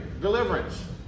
deliverance